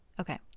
Okay